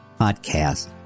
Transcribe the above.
podcast